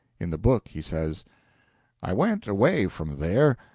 in the book he says i went away from there.